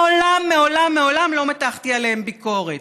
מעולם, מעולם, מעולם לא מתחתי עליהם ביקורת.